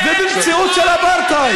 ובמציאות של אפרטהייד?